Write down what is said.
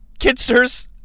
kidsters